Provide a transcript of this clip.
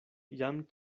jam